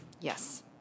Yes